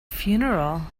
funeral